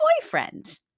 boyfriend